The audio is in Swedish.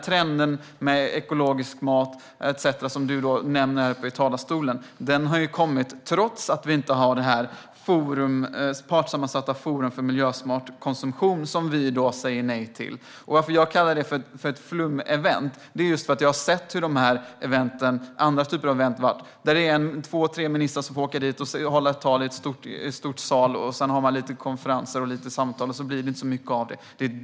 Trenden med ekologisk mat etcetera som ministern nämner i talarstolen har kommit trots att vi inte har detta partssammansatta forum för miljösmart konsumtion, vilket vi alltså säger nej till. Att jag kallar detta för ett flumevent beror på att jag har sett hur andra event har varit. Två tre ministrar åker dit och håller tal i en stor sal. Sedan har man konferenser och lite samtal, och därefter blir det inte så mycket av det hela.